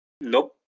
Nope